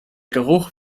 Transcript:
geruch